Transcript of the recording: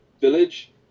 village